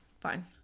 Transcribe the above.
Fine